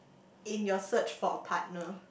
in your search for a partner